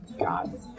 God